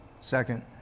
Second